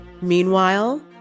Meanwhile